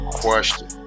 question